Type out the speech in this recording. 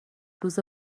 روز